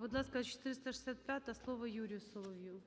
Будь ласка, 465-а, слово Юрію Солов'ю.